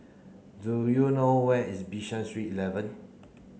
do you know where is Bishan Street eleven